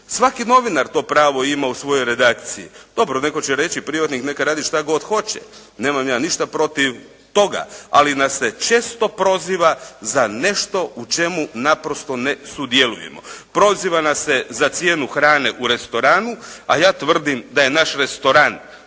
Svaki novinar to pravo ima u svojoj redakciji. Dobro netko će reći privatnik, neka radi što god hoće. Nemam ja ništa protiv toga, ali nas se često proziva za nešto što u čemu naprosto ne sudjelujemo. Proziva nas se za cijenu hrane u restoranu, a ja tvrdim da je naš restoran